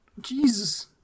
Jesus